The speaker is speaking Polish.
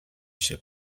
się